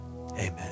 amen